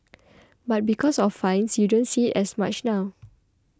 but because of fines you don't see it as much now